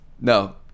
No